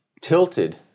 tilted